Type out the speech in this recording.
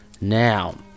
Now